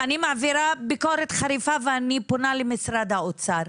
אני מעבירה ביקורת חריפה ואני פונה למשרד האוצר,